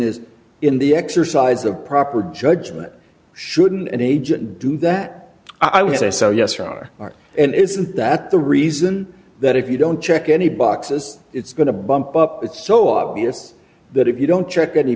is in the exercise of proper judgment shouldn't an agent do that i would say so yes you are and isn't that the reason that if you don't check any boxes it's going to bump up it's so obvious that if you don't check any